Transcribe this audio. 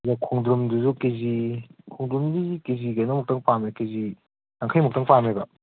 ꯈꯣꯡꯗ꯭ꯔꯨꯝꯗꯨꯁꯨ K G ꯈꯣꯡꯗ꯭ꯔꯨꯝꯗꯣ ꯍꯧꯖꯤꯛ K G ꯀꯩꯅꯣꯃꯨꯛꯇꯪ ꯄꯥꯝꯃꯦ ꯀꯦ ꯖꯤ ꯌꯥꯡꯈꯩꯃꯨꯛꯇꯪ ꯄꯥꯝꯃꯦꯕ